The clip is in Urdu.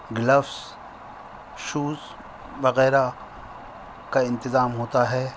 گلوز شوز وغیرہ کا انتظام ہوتا ہے